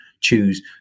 choose